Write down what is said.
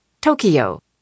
Tokyo